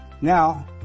Now